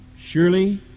surely